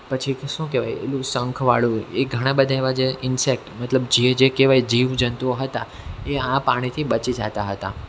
પછી તો શું કહેવાય પેલું શંખવાળું એ ઘણા બધા એવા જે ઇન્સેકટ મતલબ જે જે કહેવાય જીવજંતુઓ હતા એ આ પાણીથી બચી જતા હતા